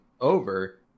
over